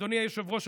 אדוני היושב-ראש,